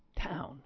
town